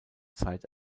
zeit